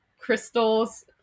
crystals